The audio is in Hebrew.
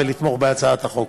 לתמוך בהצעת החוק.